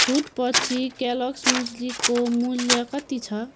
छुटपछि केलोग्स मुसलीको मूल्य कति छ